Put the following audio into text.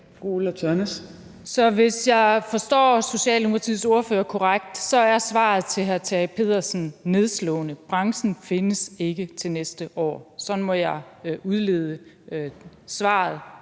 Så hvis jeg forstår Socialdemokratiets ordfører korrekt, er svaret til hr. Tage Pedersen nedslående: Branchen findes ikke til næste år. Sådan må jeg udlede svaret,